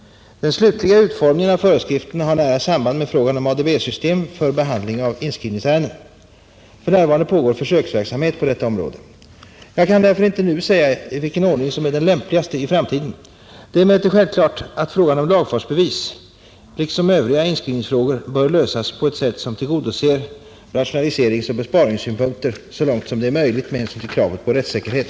Den slutliga utformningen av föreskrifterna har nära samband med frågan om ADB-system för behandling av inskrivningsärenden. För närvarande pågår försöksverksamhet på detta område. Jag kan därför inte nu säga vilken ordning som är den lämpligaste i framtiden. Det är emellertid självklart att frågan om lagfartsbevis, liksom övriga inskrivningsfrågor, bör lösas på ett sätt som tillgodoser rationaliseringsoch besparingssynpunkter så långt som det är möjligt med hänsyn till kravet på rättssäkerhet.